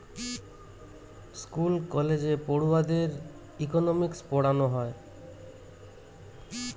school কলেজে পড়ুয়াদের economics পোড়ানা হয়